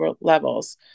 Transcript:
levels